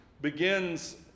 begins